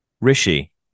Rishi